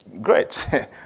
great